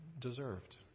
deserved